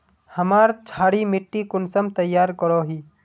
हमार क्षारी मिट्टी कुंसम तैयार करोही?